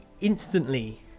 instantly